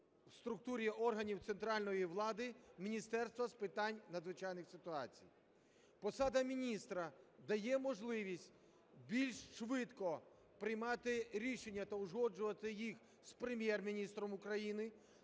в структурі органів центральної влади Міністерства з питань надзвичайних ситуацій. Посада міністра дає можливість більш швидко приймати рішення та узгоджувати їх з Прем'єр-міністром України,